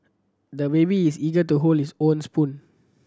the baby is eager to hold his own spoon